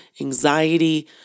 anxiety